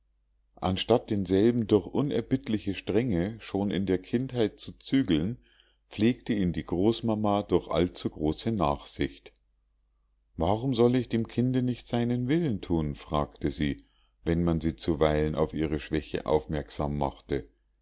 anstatt denselben durch unerbittliche strenge schon in der kindheit zu zügeln pflegte ihn die großmama durch allzugroße nachsicht warum soll ich dem kinde nicht seinen willen thun fragte sie wenn man sie zuweilen auf ihre schwäche aufmerksam machte